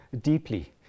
deeply